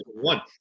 one